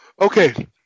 Okay